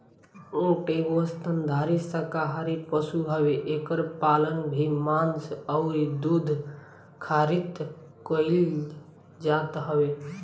ऊँट एगो स्तनधारी शाकाहारी पशु हवे एकर पालन भी मांस अउरी दूध खारित कईल जात हवे